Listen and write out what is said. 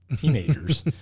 teenagers